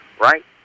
right